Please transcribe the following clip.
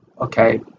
okay